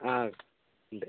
അ ഉണ്ട്